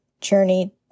journey